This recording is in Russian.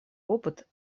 опыт